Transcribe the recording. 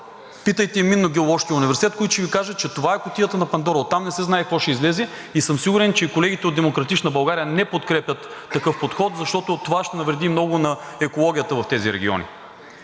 Питайте Минно-геоложкия университет, които ще Ви кажат, че това е кутията на Пандора. Оттам не се знае какво ще излезе. Сигурен съм, че и колегите от „Демократична България“ не подкрепят такъв подход, защото това ще навреди много на екологията в тези региони.